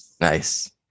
Nice